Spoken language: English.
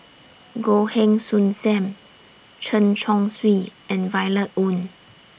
Goh Heng Soon SAM Chen Chong Swee and Violet Oon